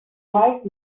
wise